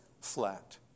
flat